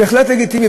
בהחלט לגיטימי,